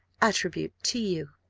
attribute to you,